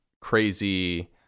crazy